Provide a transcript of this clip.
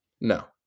No